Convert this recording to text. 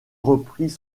repris